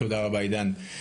תודה רבה, עידן.